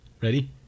Ready